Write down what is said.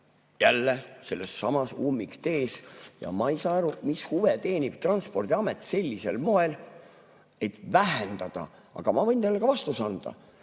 jälle sellelsamal ummikteel. Ja ma ei saa aru, mis huve teenib Transpordiamet sellisel moel, et vähendada. Aga ma võin teile ka vastuse anda.